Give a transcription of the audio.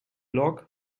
lok